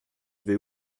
vais